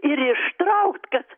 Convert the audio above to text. ir ištraukt kad